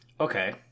okay